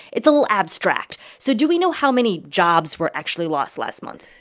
it's a little abstract. so do we know how many jobs were actually lost last month?